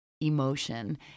emotion